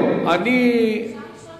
אפשר לשאול את השר,